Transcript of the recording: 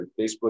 Facebook